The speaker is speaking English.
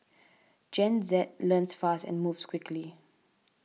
Gen Z learns fast and moves quickly